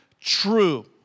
true